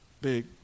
big